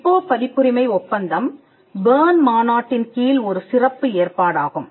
விபோ பதிப்புரிமை ஒப்பந்தம் பெர்ன் மாநாட்டின் கீழ் ஒரு சிறப்பு ஏற்பாடாகும்